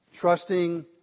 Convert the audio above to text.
trusting